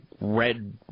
red